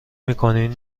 میکنین